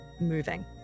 moving